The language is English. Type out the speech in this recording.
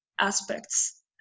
aspects